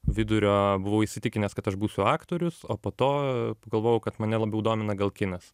vidurio buvau įsitikinęs kad aš būsiu aktorius o po to pagalvojau kad mane labiau domina gal kinas